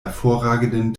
hervorragenden